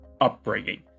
upbringing